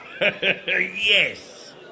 Yes